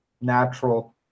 natural